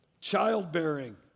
childbearing